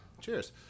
Cheers